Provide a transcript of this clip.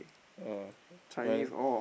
uh